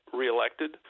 reelected